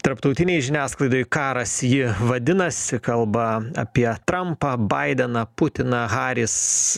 tarptautinėj žiniasklaidoj karas ji vadinasi kalba apie trampą baideną putiną haris